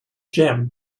jammed